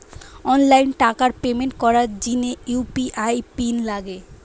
online টাকার payment করার জিনে ইউ.পি.আই পিন লাগে